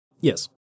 Yes